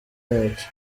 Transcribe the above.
yacu